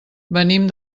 venim